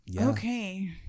okay